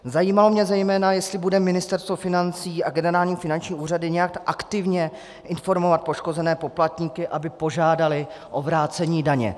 Zajímalo mě zejména, jestli bude Ministerstvo financí a generální finanční úřad nějak aktivně informovat poškozené poplatníky, aby požádali o vrácení daně.